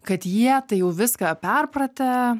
kad jie tai jau viską perpratę